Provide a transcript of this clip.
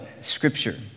Scripture